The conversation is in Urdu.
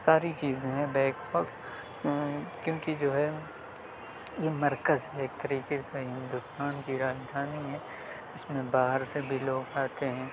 ساری چیزیں ہیں بیک وقت کیوںکہ جو ہے یہ مرکز ہے ایک طریقے کا ہندوستان کی راجدھانی ہے اس میں باہر سے بھی لوگ آتے ہیں